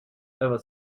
ever